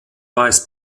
weiß